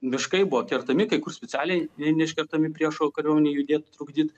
miškai buvo kertami kai kur specialiai ne neiškertami priešo kariuomenei judėt trukdyt